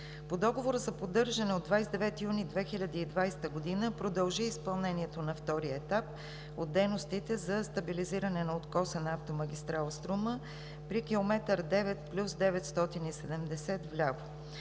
По Договора за поддържане от 29 юни 2020 г. продължи изпълнението на втория етап от дейностите за стабилизиране на откоса на автомагистрала „Струма“ при км 9+970, вляво.